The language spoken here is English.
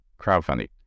crowdfunding